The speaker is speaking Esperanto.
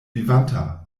vivanta